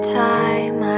time